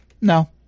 No